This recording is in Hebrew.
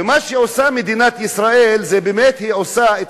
ומה שעושה מדינת ישראל זה באמת לעשות את